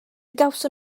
gawson